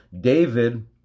David